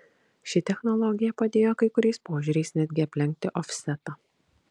ši technologija padėjo kai kuriais požiūriais netgi aplenkti ofsetą